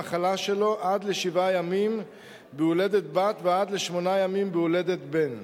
המחלה שלו עד לשבעה ימים בהולדת בת ועד לשמונה ימים בהולדת בן.